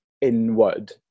inward